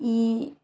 ಈ